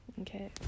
Okay